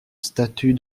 statue